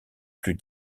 plus